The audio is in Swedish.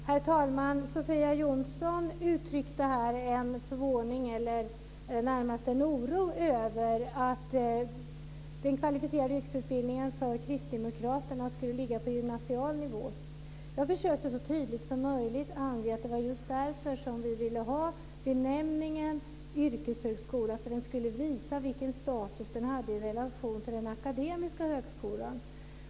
Herr talman! Sofia Jonsson uttryckte en förvåning eller närmast en oro över att Kristdemokraterna ville att den kvalificerade yrkesutbildningen skulle ligga på gymnasial nivå. Jag försökte så tydligt som möjligt ange att det var just därför vi ville ha benämningen yrkeshögskola. Den skulle visa vilken status utbildningen hade i relation till den akademiska högskolan.